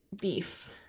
beef